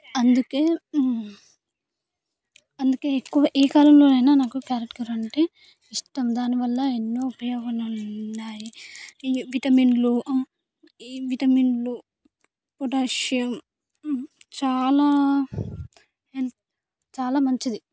అందుకే అందుకే ఎక్కువ ఏ కాలంలోనైనా నాకు క్యారెట్ కూర అంటే ఇష్టం దానివల్ల ఎన్నో ఉపయోగాలు ఉన్నాయి ఈ విటమిన్లు ఈ విటమిన్లు పొటాషియం చాలా ఎన్ చాలా మంచిది